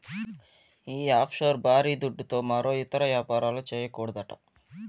ఈ ఆఫ్షోర్ బారీ దుడ్డుతో మరో ఇతర యాపారాలు, చేయకూడదట